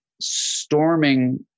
storming